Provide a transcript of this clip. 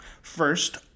First